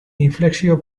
inflexio